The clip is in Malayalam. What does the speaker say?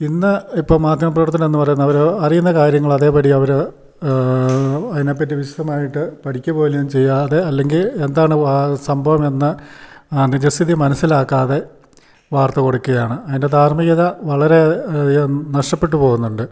ഇന്ന് ഇപ്പം മാധ്യമപ്രവർത്തനം എന്ന് പറയുന്ന അവർ അറിയുന്ന കാര്യങ്ങൾ അതേപടി അവർ അതിനെപ്പറ്റി വിശദമായിട്ട് പഠിക്ക പോലും ചെയ്യാതെ അല്ലെങ്കിൽ എന്താണ് സംഭവം എന്ന് ആ നിജസ്ഥിതി മനസ്സിലാക്കാതെ വാർത്ത കൊടുക്കുകയാണ് അതിൻ്റെ ധാർമികത വളരെ നഷ്ടപ്പെട്ട് പോകുന്നുണ്ട്